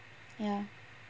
ya